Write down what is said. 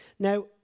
Now